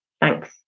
Thanks